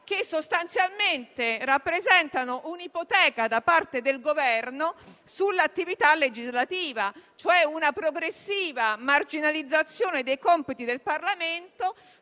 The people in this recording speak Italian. che sostanzialmente rappresentano un'ipoteca da parte del Governo sull'attività legislativa, cioè una progressiva marginalizzazione dei compiti del Parlamento,